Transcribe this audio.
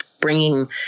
Bringing